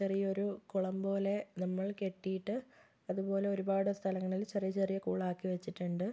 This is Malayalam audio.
ചെറിയ ഒരു കുളം പോലെ നമ്മള് കെട്ടിയിട്ട് അതുപോലെ ഒരുപാട് സ്ഥലങ്ങളില് ചെറിയ ചെറിയ കുളമാക്കി വച്ചിട്ടുണ്ട്